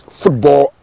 football